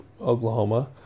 Oklahoma